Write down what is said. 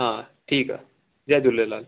हा ठीकु आहे जय झूलेलाल